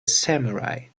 samurai